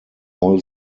all